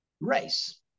race